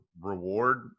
reward